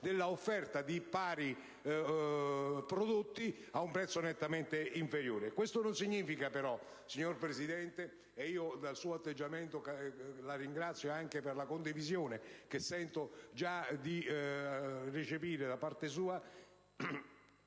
dell'offerta di pari prodotti ad un prezzo nettamente inferiore. Questo non significa però, signora Presidente - e la ringrazio per la condivisione che sento già di recepire da parte sua